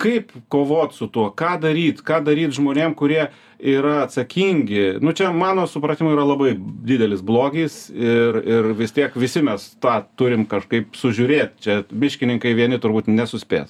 kaip kovot su tuo ką daryt ką daryt žmonėm kurie yra atsakingi nu čia mano supratimu yra labai didelis blogis ir ir vis tiek visi mes tą turim kažkaip sužiūrėt čia miškininkai vieni turbūt nesuspės